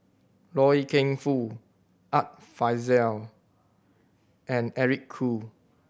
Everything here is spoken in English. Loy Keng Foo Art Fazil and Eric Khoo